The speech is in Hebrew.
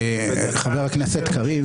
חבר הכנסת קריב,